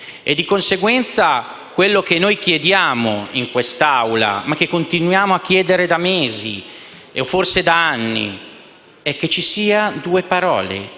Di conseguenza, quello che chiediamo in quest'Aula e che continuiamo a chiedere da mesi, forse da anni, è che ci siano tre parole: